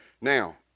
Now